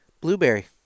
blueberry